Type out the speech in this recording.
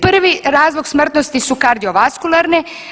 Prvi razlog smrtnosti su kardiovaskularne.